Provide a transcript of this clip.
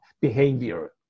behavior